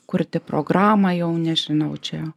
kurti programą jau nežinau čia